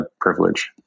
privilege